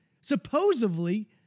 supposedly